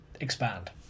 expand